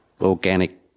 organic